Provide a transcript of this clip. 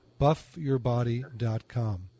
Buffyourbody.com